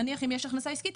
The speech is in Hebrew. נניח אם יש הכנסה עסקית,